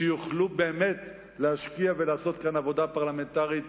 שיוכלו באמת להשקיע ולעשות כאן עבודה פרלמנטרית